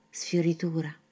sfioritura